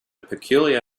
peculiar